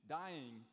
dying